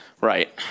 Right